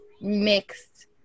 mixed